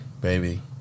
baby